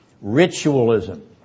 ritualism